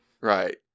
Right